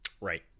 Right